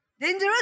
Dangerous